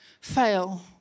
fail